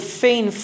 fain